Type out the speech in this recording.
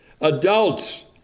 Adults